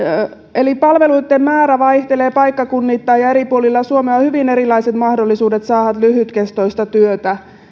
eli palveluitten määrä vaihtelee paikkakunnittain ja eri puolilla suomea on hyvin erilaiset mahdollisuudet saada lyhytkestoista työtä